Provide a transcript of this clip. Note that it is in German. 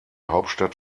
hauptstadt